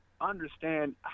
understand